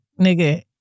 nigga